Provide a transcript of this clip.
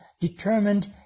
determined